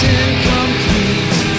incomplete